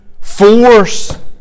force